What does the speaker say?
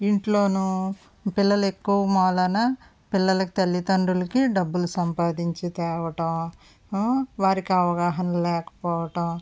ఇంట్లోనూ పిల్లలు ఎక్కువ మూలాన పిల్లల తల్లితండ్రులకి డబ్బులు సంపాదించి తేవడం వారికి అవగాహన లేకపోవడం